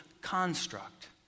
construct